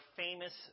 famous